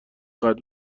قطع